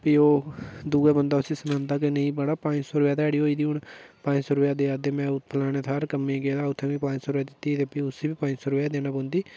ते ओह् दूआ बंदा सनांदा कन्नै मड़ा पंज सौ रपेआ ध्याड़ी होई गेदी हू'न पंज सौ रपेआ देया दे में फलाने थाह्र कम्मै ई गेदा हा ते उत्थें पंज सौ रपेआ दित्ती ते प्ही उसी बी पंज सौ रपेआ देना पौंदी